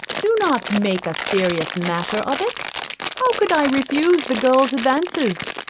do not make a serious matter of it how could i refuse the girl's advances?